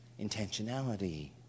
intentionality